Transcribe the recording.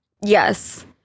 yes